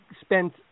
spent